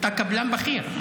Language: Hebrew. אתה קבלן בכיר.